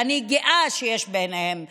ואני גאה שיש ביניהם שמאלנים,